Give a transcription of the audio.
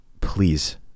please